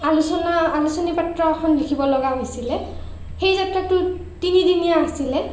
আলোচনা আলোচনীপত্ৰ এখন লিখিবলগা হৈছিলে সেই যাত্ৰাটো তিনিদিনীয়া আছিলে